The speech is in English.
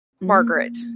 Margaret